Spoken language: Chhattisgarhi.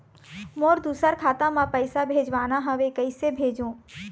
मोर दुसर खाता मा पैसा भेजवाना हवे, कइसे भेजों?